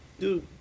Dude